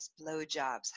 blowjobs